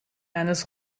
eines